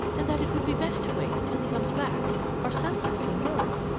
and that it would be best to wait till he comes back or sends us some word.